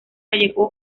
llegó